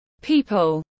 People